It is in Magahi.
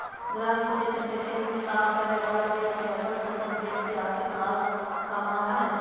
ग्रामीण क्षेत्र के खेत मे काम करय वला व्यक्ति अपन फसल बेच के आर्थिक लाभ कमाबय हय